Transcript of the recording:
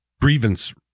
grievance